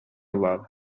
love